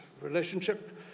Relationship